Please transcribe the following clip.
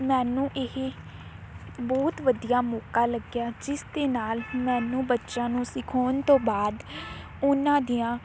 ਮੈਨੂੰ ਇਹ ਬਹੁਤ ਵਧੀਆ ਮੌਕਾ ਲੱਗਿਆ ਜਿਸ ਦੇ ਨਾਲ ਮੈਨੂੰ ਬੱਚਿਆਂ ਨੂੰ ਸਿਖਾਉਣ ਤੋਂ ਬਾਅਦ ਉਹਨਾਂ ਦੀਆਂ